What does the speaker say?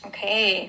Okay